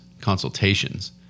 consultations